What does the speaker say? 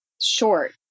short